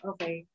Okay